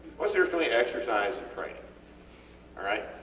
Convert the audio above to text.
whats seriously exercise and training alright?